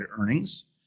earnings